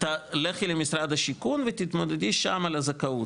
לכי למשרד השיכון ותתמודדי שם על הזכאות',